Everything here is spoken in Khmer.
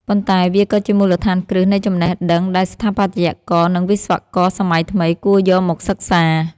ប៉ុន្តែវាក៏ជាមូលដ្ឋានគ្រឹះនៃចំណេះដឹងដែលស្ថាបត្យករ និងវិស្វករសម័យថ្មីគួរយកមកសិក្សា។